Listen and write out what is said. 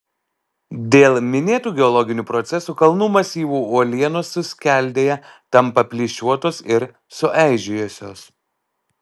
dėl minėtų geologinių procesų kalnų masyvų uolienos suskeldėja tampa plyšiuotos ir sueižėjusios